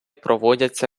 проводяться